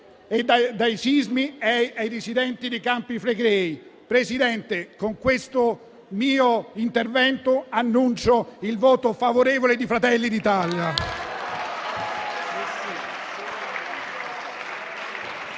e dai sismi e ai residenti dei Campi Flegrei. Signor Presidente, con questo mio intervento annuncio il voto favorevole di Fratelli d'Italia.